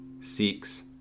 seeks